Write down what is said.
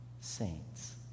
Saints